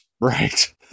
right